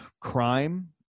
crime